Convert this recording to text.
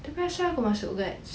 tapi asal aku masuk guards